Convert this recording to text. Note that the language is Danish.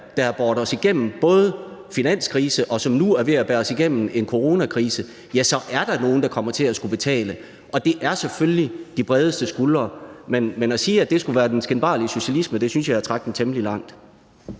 der har båret os igennem en finanskrise, og som nu er ved at bære os igennem en coronakrise – ja, så er der nogle, der kommer til at skulle betale, og det er selvfølgelig dem med de økonomisk bredeste skuldre. Men at sige, at det skulle være den skinbarlige socialisme, synes jeg er at trække den temmelig langt.